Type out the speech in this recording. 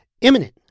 imminent